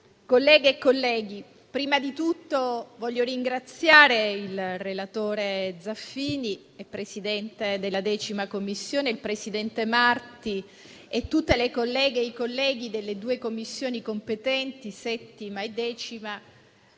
colleghe e colleghi, prima di tutto voglio ringraziare il relatore e presidente della 10a Commissione Zaffini, il presidente Marti e tutte le colleghe e i colleghi delle due Commissioni competenti 7a e 10a,